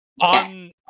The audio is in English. On